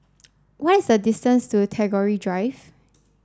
what is the distance to Tagore Drive